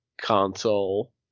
console